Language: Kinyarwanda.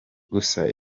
gusa